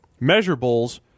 measurables